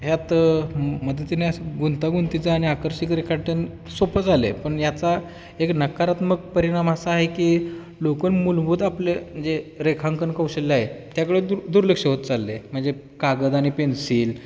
ह्यात मदतीने गुंंतगुंतीचा आणि आकर्षक रेखाटन सोपं झाले पण याचा एक नकारात्मक परिणाम असा आहे की लोकं मूलभूत आपले जे रेखांकन कौशल्य आहे त्याकडं दूर दुर्लक्ष होत चालले म्हणजे कागद आणि पेन्सिल